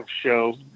show